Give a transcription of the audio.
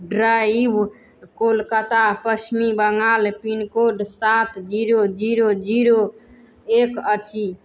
drive Kolkata Paschim Bangal pincode सात zero zero zero एक अछि